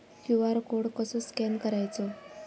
QR code कसो scan करायचो?